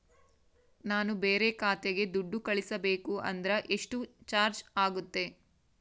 ನಾನು ಬೇರೆ ಖಾತೆಗೆ ದುಡ್ಡು ಕಳಿಸಬೇಕು ಅಂದ್ರ ಎಷ್ಟು ಚಾರ್ಜ್ ಆಗುತ್ತೆ?